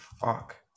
fuck